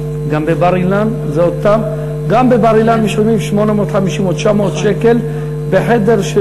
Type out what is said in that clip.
גם בבר-אילן משלמים 850 או 900 שקלים על חדר,